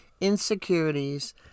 insecurities